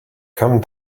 come